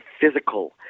physical